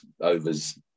overs